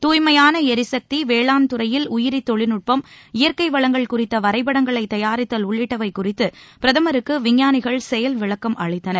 தாய்மையான எரிசக்தி வேளாண் துறையில் உயிரி தொழில்நுட்பம் இயற்கை வளங்கள் குறித்த வரைபடங்களை தயாரித்தல் உள்ளிட்டவை குறித்து பிரதமருக்கு விஞ்ஞானிகள் செயல் விளக்கம் அளித்தனர்